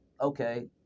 okay